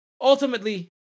Ultimately